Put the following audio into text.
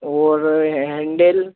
और ये हेन्डिल